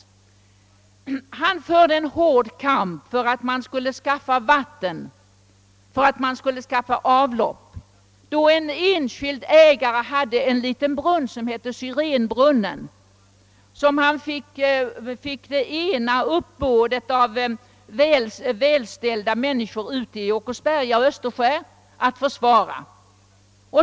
Thun förde en hård kamp för att man skulle skaffa vatten och avlopp. En enskild person hade en liten brunn, som hette Syrénbrunnen, vilken han fick det ena uppbådet efter det andra av välbeställda människor i 'Åkersberga och Österskär att försvara.